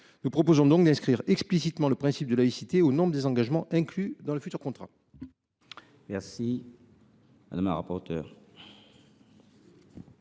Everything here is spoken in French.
Nous proposons donc d’inscrire explicitement le principe de laïcité au nombre des engagements inclus dans le futur contrat. Quel est l’avis de